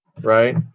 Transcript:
right